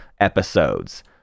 episodes